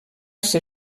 ser